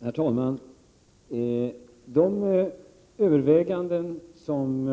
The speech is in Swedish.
Herr talman! De överväganden som